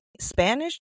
Spanish